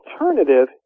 alternative